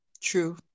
True